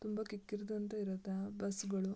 ತುಂಬ ಕಿಕ್ಕಿರಿದಂತೆ ಇರುತ್ತೆ ಆ ಬಸ್ಸುಗಳು